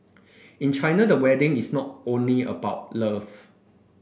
in China the wedding is not only about love